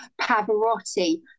Pavarotti